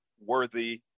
worthy